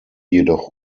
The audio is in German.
jedoch